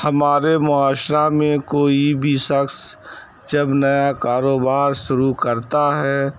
ہمارے معاشرہ میں کوئی بھی شخص جب نیا کاروبار شروع کرتا ہے